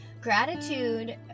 gratitude